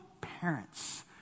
parents